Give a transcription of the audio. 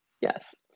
Yes